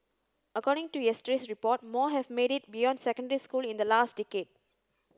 according to yesterday's report more have made it beyond secondary school in the last decade